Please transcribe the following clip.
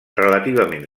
relativament